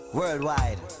worldwide